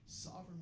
sovereign